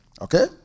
Okay